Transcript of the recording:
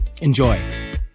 Enjoy